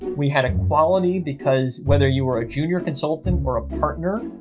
we had equality because whether you were a junior consultant or a partner,